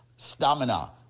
stamina